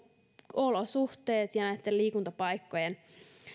olosuhteet ja liikuntapaikkojen